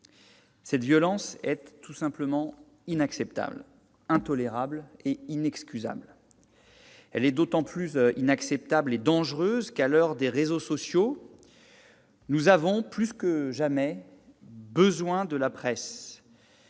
Cette violence est tout simplement inacceptable, intolérable et inexcusable. Elle est d'autant plus inacceptable et dangereuse que, à l'heure des réseaux sociaux, nous avons plus que jamais besoin de la presse